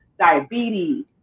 diabetes